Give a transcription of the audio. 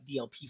DLP